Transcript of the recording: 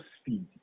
speed